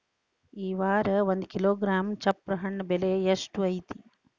ಈ ವಾರ ಒಂದು ಕಿಲೋಗ್ರಾಂ ಚಪ್ರ ಹಣ್ಣ ಬೆಲೆ ಎಷ್ಟು ಐತಿ?